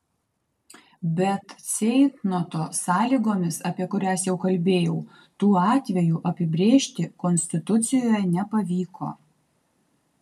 bet ceitnoto sąlygomis apie kurias jau kalbėjau tų atvejų apibrėžti konstitucijoje nepavyko